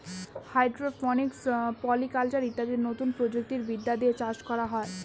hydroponics, polyculture ইত্যাদি নতুন প্রযুক্তি বিদ্যা দিয়ে চাষ করা হয়